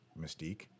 Mystique